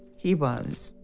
he was.